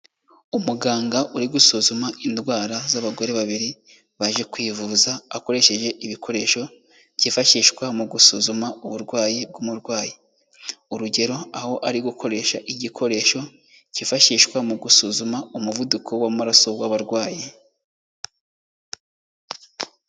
Umuganga uri gusuzuma indwara z'abagore babiri baje kwivuza akoresheje ibikoresho byifashishwa mu gusuzuma uburwayi bw'umurwayi, urugero aho ari gukoresha igikoresho kifashishwa mu gusuzuma umuvuduko w'amaraso w'abarwayi.